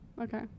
Okay